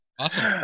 Awesome